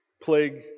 plague